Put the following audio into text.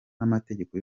n’amategeko